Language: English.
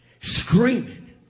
screaming